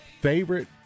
favorite